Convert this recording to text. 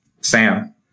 sam